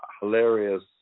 hilarious